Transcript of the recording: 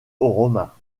romains